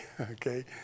Okay